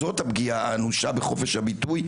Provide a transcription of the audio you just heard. זאת הפגיעה האנושה בחופש הביטוי,